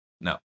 No